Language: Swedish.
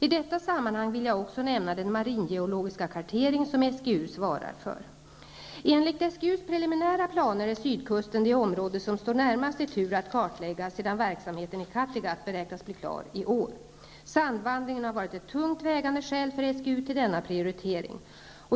I detta sammanhang vill jag också nämna den maringeologiska kartering som SGU svarar för. Enligt SGU:s preliminära planer är sydkusten det område som står närmast i tur att kartläggas sedan verksamheten i Kattegatt beräknas bli klar i år. Sandvandringen har varit ett tungt vägande skäl för SGU till denna prioritering.